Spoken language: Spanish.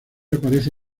aparece